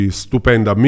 stupenda